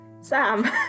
Sam